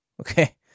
okay